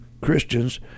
Christians